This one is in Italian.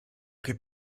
che